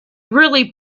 really